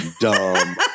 dumb